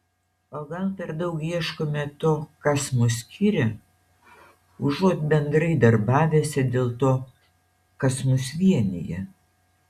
o gal per daug ieškome to kas mus skiria užuot bendrai darbavęsi dėl to kas mus vienija